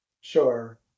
Sure